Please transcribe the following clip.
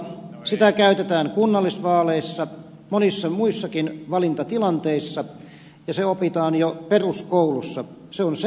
sitä käytetään kunnallisvaaleissa monissa muissakin valintatilanteissa ja se opitaan jo peruskoulussa se on selkeä